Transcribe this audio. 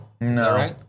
no